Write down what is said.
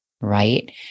right